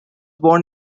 born